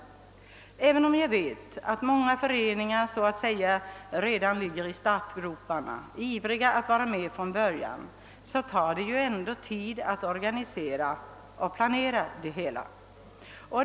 Jag vet visserligen att många föreningar redan ligger i startgroparna, så att säga, och är ivriga att vara med från början, men det tar ändå tid att planera hela verksamheten.